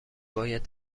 باید